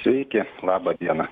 sveiki laba diena